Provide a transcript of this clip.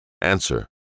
Answer